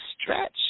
stretch